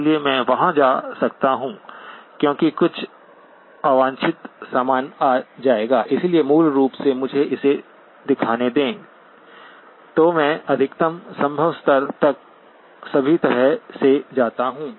इसलिए मैं वहां जा सकता हूं क्योंकि कुछ अवांछित सामान आ जाएगा इसलिए मूल रूप से मुझे इसे दिखाने दें तो मैं अधिकतम संभव स्तर तक सभी तरह से जाता हूं